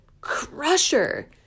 crusher